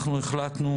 אנחנו החלטנו